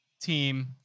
team